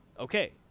Okay